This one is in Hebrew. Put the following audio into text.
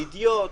אידיוט,